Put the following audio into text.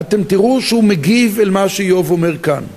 אתם תראו שהוא מגיב אל מה שאיוב אומר כאן